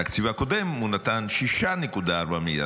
בתקציב הקודם הוא נתן 6.4 מיליארד.